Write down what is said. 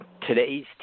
today's